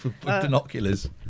binoculars